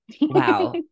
wow